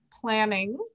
planning